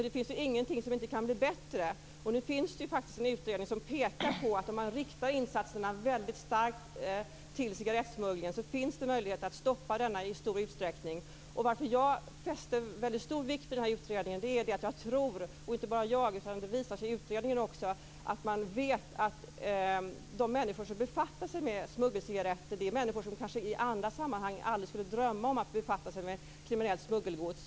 Det finns ju ingenting som inte kan bli bättre, och nu finns det faktiskt en utredning som pekar på att om man riktar insatserna väldigt starkt mot cigarettsmugglingen så finns det möjligheter att i stor utsträckning stoppa denna. Anledningen till att jag fäster väldigt stor vikt vid den här utredningen är att det i denna visar sig att de människor som befattar sig med smuggelcigaretter är sådana som i andra sammanhang aldrig skulle drömma om att befatta sig med kriminellt smuggelgods.